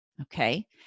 Okay